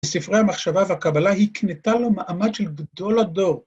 ‫בספרי המחשבה והקבלה ‫היא הקנתה לו מעמד של גדול הדור.